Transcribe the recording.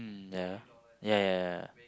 mm ya ya ya ya